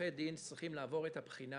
שעורכי דין צריכים לעבור את הבחינה